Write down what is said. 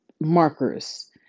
markers